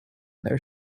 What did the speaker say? their